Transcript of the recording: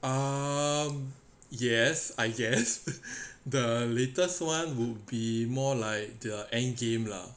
um yes I guess the latest one would be more like the end game lah